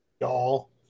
y'all